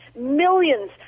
millions